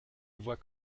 voit